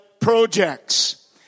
Projects